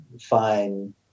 fine